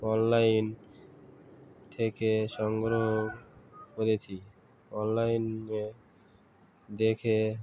online থেকে সংগ্রহ করেছি অনলাইনে দেখে